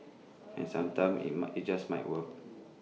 and sometimes IT might IT just might work